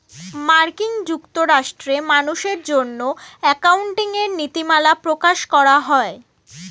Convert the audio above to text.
মার্কিন যুক্তরাষ্ট্রে মানুষের জন্য অ্যাকাউন্টিং এর নীতিমালা প্রকাশ করা হয়